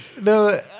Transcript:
No